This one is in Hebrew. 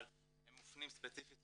אבל הם מופנים ספציפית